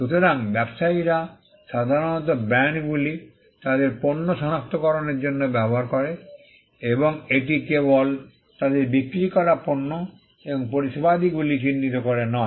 সুতরাং ব্যবসায়ীরা সাধারণত ব্র্যান্ডগুলি তাদের পণ্য সনাক্তকরণের জন্য ব্যবহার করে এবং এটি কেবল তাদের বিক্রি করা পণ্য এবং পরিষেবাদিগুলি চিহ্নিত করে নয়